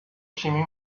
شیمی